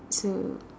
so